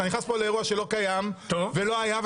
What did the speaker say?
אתה נכנס פה לאירוע שלא קיים ולא היה.